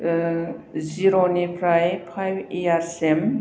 ओ जिर'निफ्राय फाइभ इयार्ससिम